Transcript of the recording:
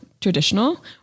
traditional